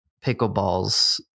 pickleball's